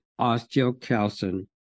osteocalcin